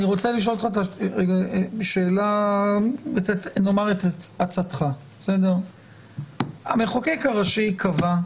אני רואה אבל אני רוצה לשאול אותך שאלה או את עצתך: המחוקק הראשי קבע,